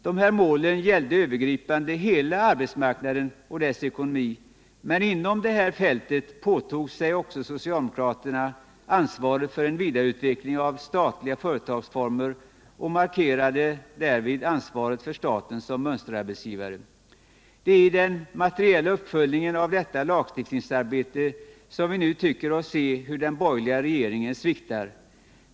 Dessa mål gällde övergripande hela arbetsmarknaden och dess ekonomi, men inom detta fält påtog sig också socialdemokratin ansvaret för en vidareutveckling av statliga företagsformer och markerade därvid ansvaret för staten som mönsterarbetsgivare. Det är i den materiella uppföljningen av detta lagstiftningsarbete vi tycker oss se hur den borgerliga regeringen sviktar.